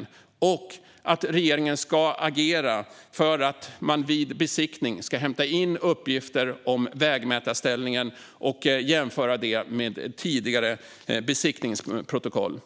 Vi vill också att regeringen ska agera för att man vid besiktning ska hämta in uppgifter om vägmätarställningen och jämföra med tidigare besiktningsprotokoll.